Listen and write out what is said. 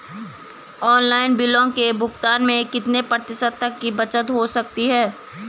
Online बिलों के भुगतान में कितने प्रतिशत तक की बचत हो सकती है?